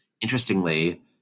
interestingly